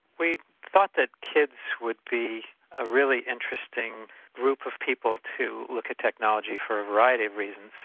we thought that kids would be a really interesting group of people to look at technology, for a variety of reasons.